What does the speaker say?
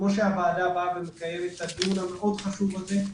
כמו שהוועדה באה ומקיימת את הדיון המאוד חשוב הזה,